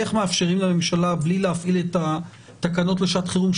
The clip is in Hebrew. איך מאפשרים לממשלה בלי להפעיל את התקנות לשעת חירום,